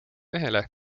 mehele